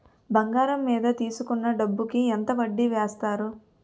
బంగారం మీద తీసుకున్న డబ్బు కి ఎంత వడ్డీ వేస్తారు?